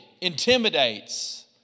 intimidates